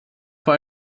vor